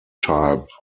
type